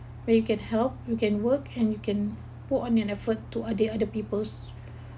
where you can help you can work and you can put on your effort to uh the other people's